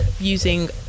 using